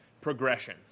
progression